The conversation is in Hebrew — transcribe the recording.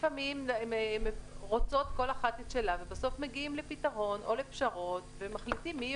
לפעמים רוצות כל אחת את שלה ובסוף מגיעים לפתרון או לפשרות ומחליטים.